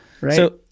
right